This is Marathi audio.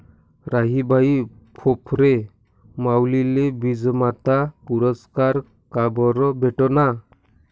राहीबाई फोफरे माउलीले बीजमाता पुरस्कार काबरं भेटना?